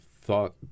thought